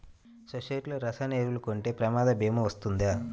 సొసైటీలో రసాయన ఎరువులు కొంటే ప్రమాద భీమా వస్తుందా?